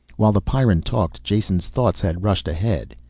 while the pyrran talked, jason's thoughts had rushed ahead.